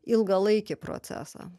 ilgalaikį procesą